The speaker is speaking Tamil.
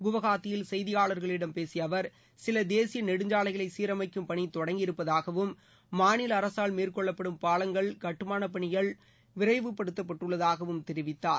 குவஹாத்தியில் செய்தியாளர்களிடம் பேசிய அவர் சில தேசிய நெடுஞ்சாலைகளை சீரமைக்கும் பணி தொடங்கியிருப்பதாகவும் மாநில அரசால் மேற்கொள்ளப்படும் பாலங்கள் கட்டுமானப் பணிகள் விரைவு படுத்தப்பட்டுள்ளதாகவும் தெரிவித்தார்